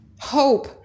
hope